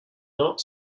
not